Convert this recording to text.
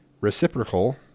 Reciprocal